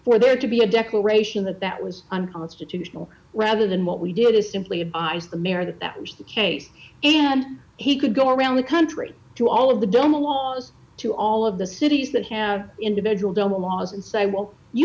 for there to be a declaration that that was unconstitutional rather than what we did is simply buys the mayor that that was the case and he could go around the country to all of the doma laws to all of the cities that have individual doma laws and say well you